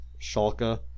Schalke